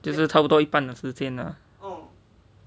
就是差不多一半的时间 lah